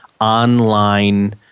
online